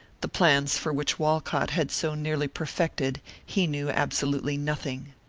the plans for which walcott had so nearly perfected, he knew absolutely nothing.